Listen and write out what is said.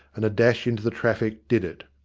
and a dash into the traffic did it.